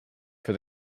for